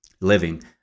living